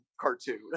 cartoon